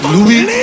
Louis